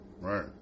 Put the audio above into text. Right